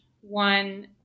one